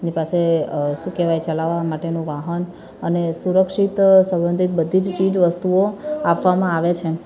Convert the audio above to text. એમની પાસે શું કહેવાય અ ચાલવવા માટેનું વાહન અને સુરક્ષિત સબંધિત બધી જ ચીજવસ્તુઓ આપવામાં આવે છે